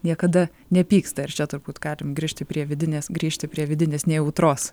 niekada nepyksta ir čia turbūt galim grįžti prie vidinės grįžti prie vidinės nejautros